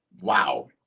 Wow